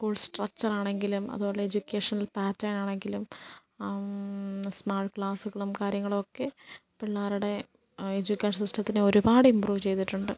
school structure ആണെങ്കിലും അതുപോലെ educational pattern ആണെങ്കിലും സ്മാർട്ട് ക്ലാസുകളും കാര്യങ്ങളുമൊക്കെ പിള്ളേരുടെ എജ്യുക്കേഷനൽ സിസ്റ്റത്തിനെ ഒരുപാട് ഇമ്പ്രൂവ് ചെയ്തിട്ടുണ്ട്